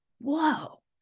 whoa